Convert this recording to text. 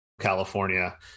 California